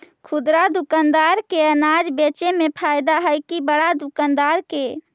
खुदरा दुकानदार के अनाज बेचे में फायदा हैं कि बड़ा दुकानदार के?